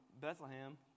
Bethlehem